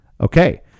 Okay